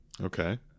Okay